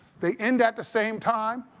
they end at the same time.